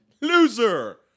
Loser